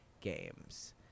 games